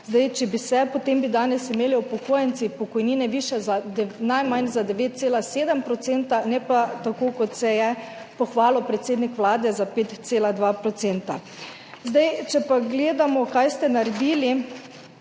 niso. Če bi se, potem bi danes imeli upokojenci pokojnine višje najmanj za 9,7 %, ne pa tako, kot se je pohvalil predsednik Vlade, za 5,2 %. Če pa gledamo, kaj ste naredili